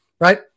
right